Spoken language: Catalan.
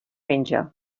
menja